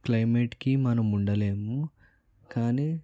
క్లైమేట్కి మనం ఉండలేము కానీ